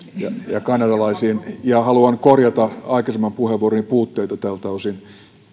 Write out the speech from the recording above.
ja kanadalaisiin ja haluan korjata aikaisemman puheenvuoroni puutteita tältä osin